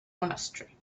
monastery